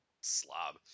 slob